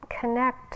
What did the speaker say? connect